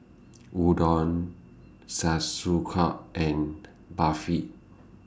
Udon and Barfi